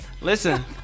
Listen